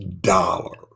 dollar